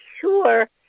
sure